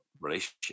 relationship